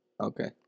Okay